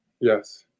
Yes